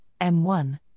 M1